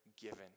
given